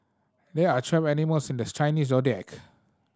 there are twelve animals in this Chinese Zodiac